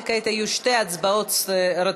וכעת יהיו שתי הצבעות רצופות.